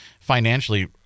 financially